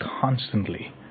constantly